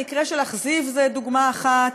המקרה של אכזיב הוא דוגמה אחת,